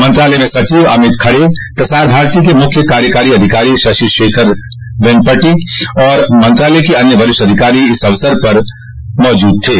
मंत्रालय में सचिव अमित खरे प्रसार भारती के मुख्य कार्यकारी अधिकारी शशि शेखर वेम्पटि और मत्रालय के अन्य वरिष्ठ अधिकारी इस अवसर पर मौजूद थे